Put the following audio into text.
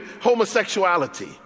homosexuality